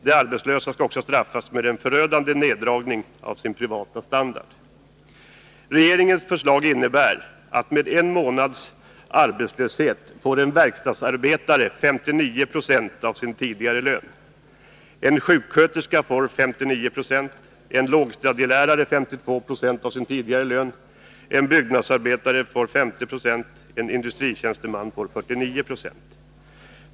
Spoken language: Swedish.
De arbetslösa skall också straffas med en förödande neddragning av sin privata standard. Regeringens förslag innebär att med en månads arbetslöshet får en verkstadsarbetare 59 26 av sin tidigare lön, en sjuksköterska 59 976, en lågstadielärare 52 26. En byggnadsarbetare får 50 26, och en industritjänsteman får 49 Jo.